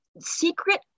secret